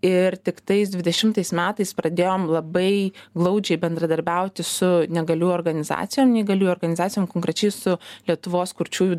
ir tiktais dvidešimtais metais pradėjom labai glaudžiai bendradarbiauti su negalių organizacijom neįgaliųjų organizacijom konkrečiai su lietuvos kurčiųjų